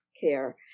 care